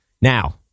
Now